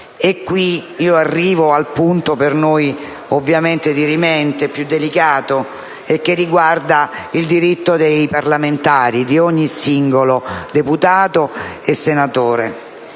E qui arrivo al punto per noi dirimente e più delicato, che riguarda il diritto dei parlamentari, di ogni singolo deputato e senatore.